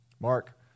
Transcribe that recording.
Mark